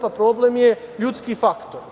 Pa, problem je ljudski faktor.